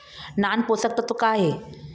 नान पोषकतत्व का हे?